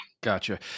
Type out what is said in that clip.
Gotcha